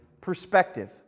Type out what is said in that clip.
perspective